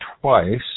twice